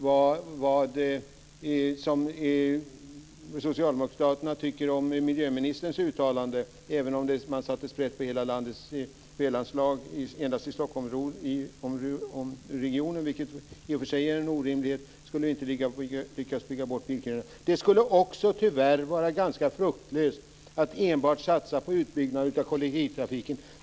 Vad tycker socialdemokraterna om miljöministerns följande uttalande att även om man satte sprätt på väganslagen för hela landet i Stockholmsregionen - vilket i och för sig är orimligt - skulle det inte gå att bygga bort bilköerna? Det skulle tyvärr också vara fruktlöst att enbart satsa på utbyggnad av kollektivtrafiken.